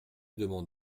demande